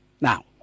Now